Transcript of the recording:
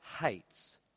hates